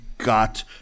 got